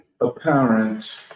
apparent